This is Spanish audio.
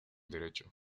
derecho